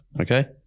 okay